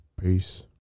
Peace